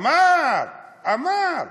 אמר, אמר,